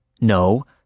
no